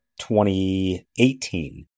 2018